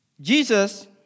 Jesus